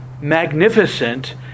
magnificent